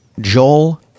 Joel